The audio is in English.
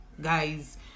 guys